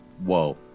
Whoa